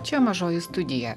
čia mažoji studija